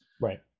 Right